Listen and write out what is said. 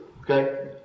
Okay